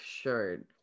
shirt